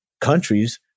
countries